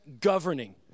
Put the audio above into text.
governing